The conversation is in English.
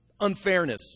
unfairness